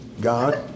God